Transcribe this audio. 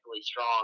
strong